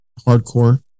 hardcore